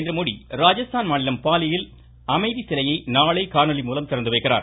நரேந்திரமோடி ராஜஸ்தான் மாநிலம் பாலி யில் அமைதி சிலையை நாளை காணொலிமூலம் திறந்துவைக்கிறார்